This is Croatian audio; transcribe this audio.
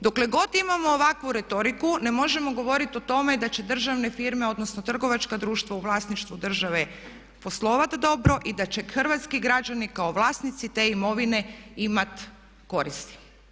Dokle god imamo ovakvu retoriku ne možemo govoriti o tome da će državne firme odnosno trgovačka društva u vlasništvu države poslovati dobro i da će hrvatski građani kao vlasnici te imovine imat koristi.